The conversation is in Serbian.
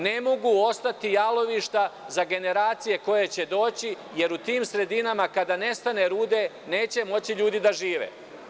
Ne mogu ostati jalovišta za generacije koje će doći, jer u tim sredinama, kada nestane rude, neće moći ljudi da žive.